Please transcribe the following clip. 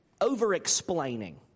over-explaining